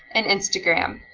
and instagram.